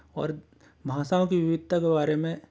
और भाषाओं के विविधता के बारे में